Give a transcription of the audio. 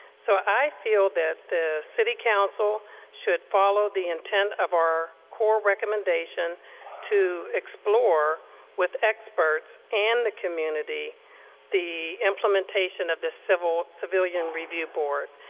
so i feel that the city council should follow the intent of our core recommendation to explore with experts and the community the implementation of this civilian review board.